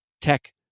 tech